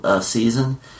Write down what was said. season